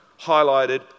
Highlighted